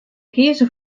kieze